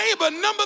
number